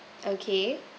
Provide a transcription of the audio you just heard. okay